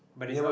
but it's not